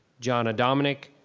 jonah dominic,